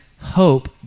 hope